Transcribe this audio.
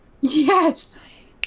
Yes